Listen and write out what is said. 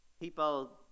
people